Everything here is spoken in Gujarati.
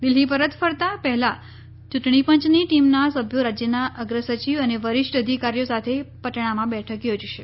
દિલ્ઠી પરત ફરતા પહેલાં ચૂંટણી પંચની ટીમના સભ્યો રાજ્યના અગ્રસચિવ અને વરિષ્ઠ અધિકારીઓ સાથે પટણામાં બેઠક યોજશે